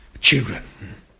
children